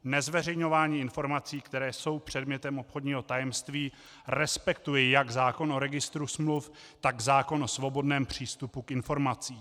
Nezveřejňování informací, které jsou předmětem obchodního tajemství, respektuje jak zákon o registru smluv, tak zákon o svobodném přístupu k informacím.